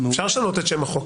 אפשר לשנות את שם החוק.